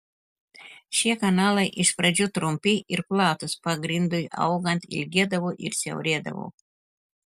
šie kanalai iš pradžių trumpi ir platūs pagrindui augant ilgėdavo ir siaurėdavo